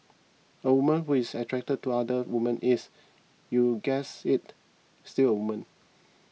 a woman who is attracted to other women is you guessed it still a woman